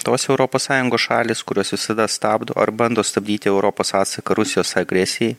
tos europos sąjungos šalys kurios visada stabdo ar bando stabdyti europos atsaką rusijos agresijai